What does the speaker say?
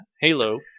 halo